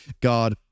God